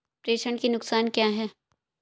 प्रेषण के नुकसान क्या हैं?